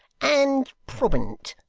and prominent.